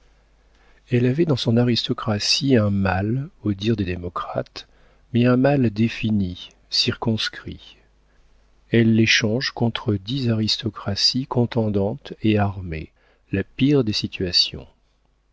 elle avait dans son aristocratie un mal au dire des démocrates mais un mal défini circonscrit elle l'échange contre dix aristocraties contendantes et armées la pire des situations